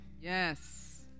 Yes